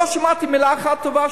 אני לא שמעתי מלה אחת טובה,